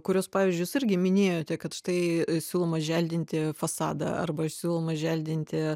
kurios pavyzdžius irgi minėjote kad štai siūloma želdinti fasadą arba siūloma želdinti